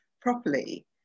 properly